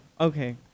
Okay